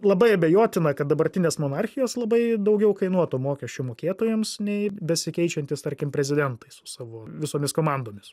labai abejotina kad dabartinės monarchijos labai daugiau kainuotų mokesčių mokėtojams nei besikeičiantys tarkim prezidentai su savo visomis komandomis